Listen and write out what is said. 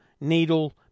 Needle